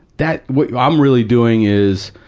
that what i'm really doing is